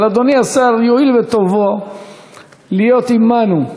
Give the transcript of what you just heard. אבל אדוני השר יואיל בטובו להיות עמנו,